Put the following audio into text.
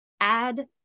add